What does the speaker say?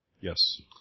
Yes